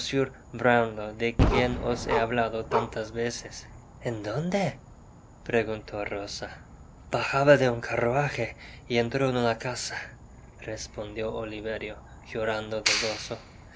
de quién os he hablado lantas veefes en dónde preguntó rosa bajaba de un carruaje y entró en una casa respondió oliverio llorando de gozono le